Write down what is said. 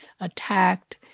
attacked